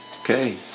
Okay